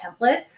templates